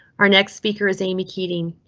our next speaker is amy keating.